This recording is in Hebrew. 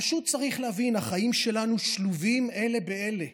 פשוט צריך להבין, החיים שלנו שלובים אלה באלה,